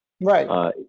Right